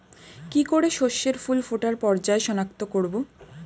কি করে শস্যের ফুল ফোটার পর্যায় শনাক্ত করব?